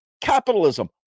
capitalism